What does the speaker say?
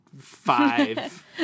five